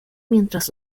mientras